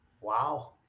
wow